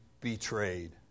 betrayed